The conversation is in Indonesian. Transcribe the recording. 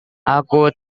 aku